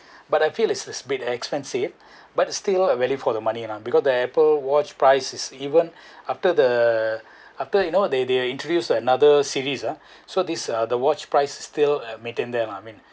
but I feel is a bit expensive but still are value for the money lah because the Apple watch price is even after the after you know they they are introduced another series ah so these uh the watch price is still at maintain there lah